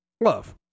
Love